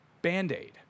band-aid